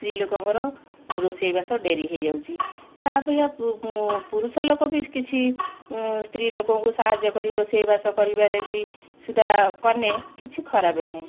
ସ୍ତ୍ରୀ ଲୋକଙ୍କର ରୋଷେଇବାସ ଡେରି ହେଇଯାଉଛି ତା ଅପେକ୍ଷା ପୁରୁଷ ଲୋକ ବି କିଛି ସ୍ତ୍ରୀ ଲୋକଙ୍କୁ ସାହାଯ୍ୟ କରି ରୋଷେଇବାସ କରିବାରେ ବି ସୁଧା କଲେ କିଛି ଖରାପ ନାହିଁ